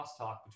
crosstalk